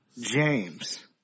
James